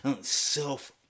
self